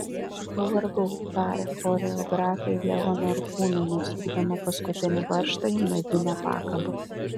aš jau pavargau tarė choreografė ieva norkūnienė sukdama paskutinį varžtą į medinę pakabą